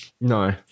No